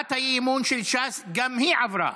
הצעת האי-אמון של ש"ס גם היא עברה,